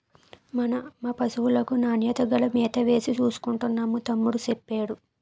మా పశువులకు నాణ్యత గల మేతవేసి చూసుకుంటున్నాను తమ్ముడూ సెప్పేడు